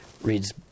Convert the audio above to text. reads